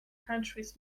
countries